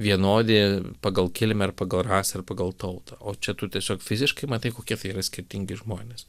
vienodi pagal kilmę ir pagal rasę ir pagal tautą o čia tu tiesiog fiziškai matai kokie tai yra skirtingi žmonės